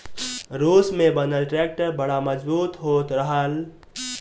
रूस में बनल ट्रैक्टर बड़ा मजबूत होत रहल